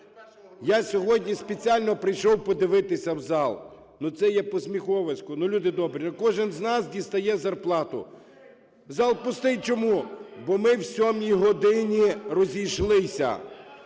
Я сьогодні спеціально прийшов подивитися в зал, ну це є посміховисько! Ну люди-добрі, кожен з нас дістає зарплату. Зал пустий чому? Бо ми в сьомій годині розійшлися.